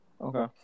Okay